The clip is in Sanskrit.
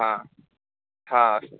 ह हा